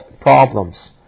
problems